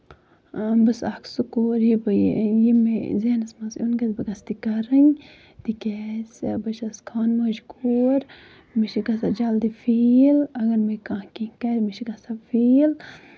بہٕ چھَس اکھ سُہ کوٗر یہِ بہٕ یہِ مےٚ زہنَس منٛز یُن گژھِ بہٕ گژھہٕ تہِ کَرٕنۍ تِکیازِ بہٕ چھَس خانہٕ موج کوٗر مےٚ چھُ گژھان جلدی فیٖل اگر مےٚ کانٛہہ کیٚنٛہہ کرِ مےٚ چھُ گژھان فیٖل